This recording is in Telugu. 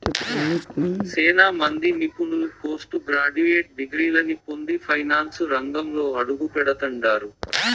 సేనా మంది నిపుణులు పోస్టు గ్రాడ్యుయేట్ డిగ్రీలని పొంది ఫైనాన్సు రంగంలో అడుగుపెడతండారు